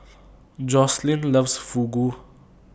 Joslyn loves Fugu